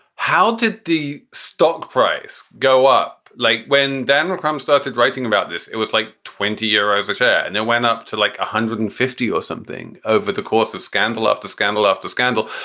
how did the stock price go up, like when dan mccrum started writing about this? it was like twenty euros a share. and then went up to like one hundred and fifty or something. over the course of scandal after scandal after scandal,